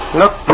look